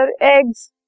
eggs